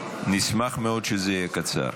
נשמח מאוד שזה יהיה קצר.